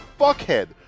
Fuckhead